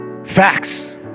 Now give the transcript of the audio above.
Facts